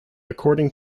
according